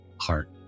heart